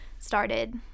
Started